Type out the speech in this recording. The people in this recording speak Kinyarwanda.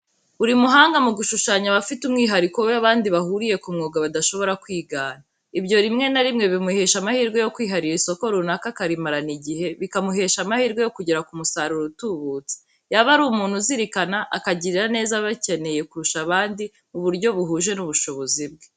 Buri muhanga mu gushushanya aba afite umwihariko we abandi bahuriye ku mwuga badashobora kwigana, ibyo rimwe na rimwe bimuhesha amahirwe yo kwiharira isoko runaka akarimarana igihe, bikamuhesha amahirwe yo kugera ku musaruro utubutse, yaba ari umuntu uzirikana, akagirira neza ababikeneye kurusha abandi, mu buryo buhuje n'ubushobozi bwe.